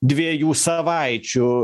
dviejų savaičių